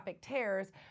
tears